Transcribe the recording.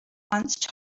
once